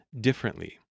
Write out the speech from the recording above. differently